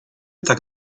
tak